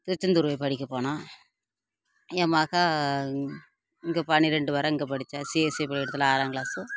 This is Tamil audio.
திருச்செந்தூர் போய் படிக்க போனான் என் மகள் இங்கே பன்னிரண்டு வரை இங்கே படிச்சா சிஎஸ்சி பள்ளிக்கூடத்துல ஆறாங்க்ளாஸு